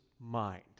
mind